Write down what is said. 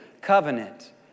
covenant